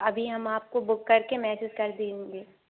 अभी हम आपको बुक करके मेसेज कर देंगे